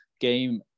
game